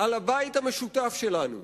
על הבית המשותף שלנו.